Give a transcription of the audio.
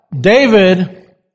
David